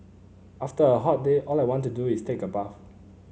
after a hot day all I want to do is take a bath